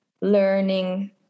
learning